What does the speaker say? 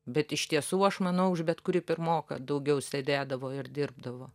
bet iš tiesų aš manau už bet kurį pirmoką daugiau sėdėdavo ir dirbdavo